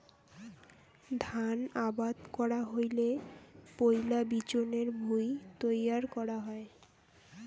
ধান আবাদ করা হইলে পৈলা বিচনের ভুঁই তৈয়ার করা হই